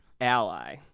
Ally